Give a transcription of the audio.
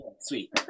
sweet